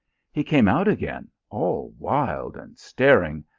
he came out again all wild and staring,